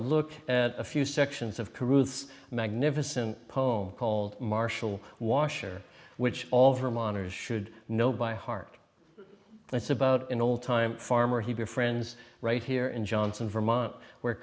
look at a few sections of kreutz magnificent poem called marshall washer which all vermonters should know by heart it's about an old time farmer he befriends right here in johnson vermont where